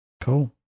Cool